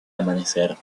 amanecer